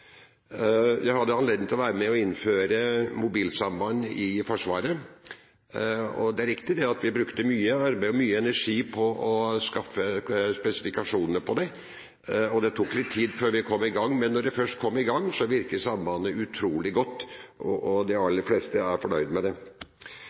Det er riktig at vi brukte mye arbeid og mye energi på å skaffe spesifikasjonene på det, og det tok litt tid før vi kom i gang, men da det først kom i gang, virket sambandet utrolig godt, og de aller fleste er fornøyd med det.